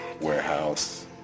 warehouse